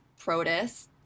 protists